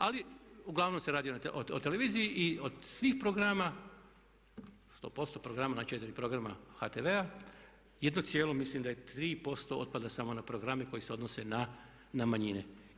Ali uglavnom se radi o televiziji i od svih programa što postoje programa na 4 programa HTV-a jedno cijelo mislim da je 3% otpada samo na programe koji se odnose na manjine.